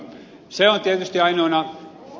se on tietysti ed